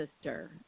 sister